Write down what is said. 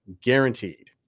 guaranteed